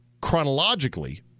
chronologically